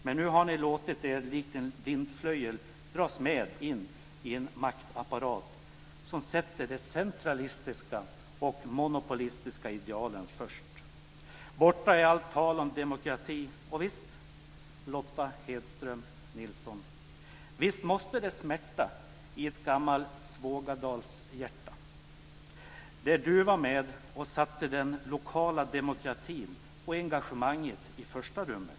Men nu har ni låtit er, likt en vindflöjel, dras med in i en maktapparat som sätter de centralistiska och monopolistiska idealen först. Borta är allt tal om demokrati. Visst, Lotta Nilsson-Hedström, måste det smärta i ett gammalt Sågadalshjärta. Där var Lotta Nilsson-Hedström med och satte den lokala demokratin och engagemanget i första rummet.